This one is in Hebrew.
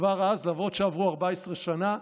וכבר אז, למרות שעברו 14 שנה,